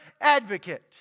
advocate